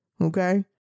Okay